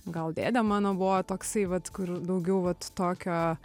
gal dėdė mano buvo toksai vat kur daugiau vat tokio